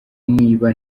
niba